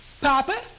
Papa